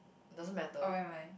doesn't matter